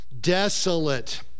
desolate